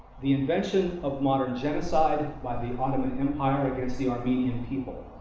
the invention of modern genocide by the ottoman empire against the armenian people,